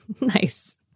Nice